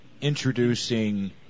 introducing